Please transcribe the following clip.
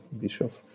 bishop